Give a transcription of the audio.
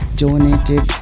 donated